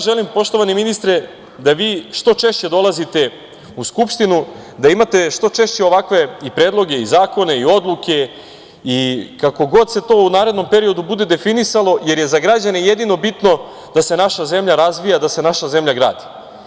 Želim, poštovani ministre, da vi što češće dolazite u Skupštinu, da imate što češće ovakve i predloge i zakone i odluke i kako god se to u narednom periodu bude definisalo, jer je za građane jedino bitno da se naša zemlja razvija, da se naša zemlja gradi.